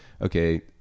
okay